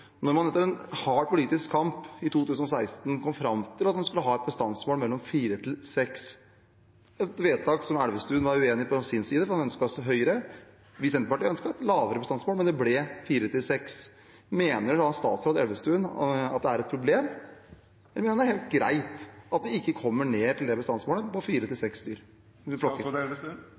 man etter en hard politisk kamp i 2016 kom fram til at man skulle ha et bestandsmål på 4–6 – et vedtak som Elvestuen på sin side var uenig i, for han ønsket at det skulle være høyere, og vi i Senterpartiet ønsket et lavere bestandsmål, men det ble 4–6 – mener statsråd Elvestuen at det er et problem, eller er det helt greit at vi ikke kommer ned til bestandsmålet på